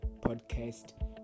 podcast